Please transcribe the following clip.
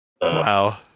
Wow